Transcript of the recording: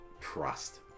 trust